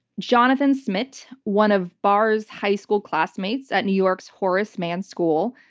jonathan smith, one of barr's high school classmates at new york's horace mann school,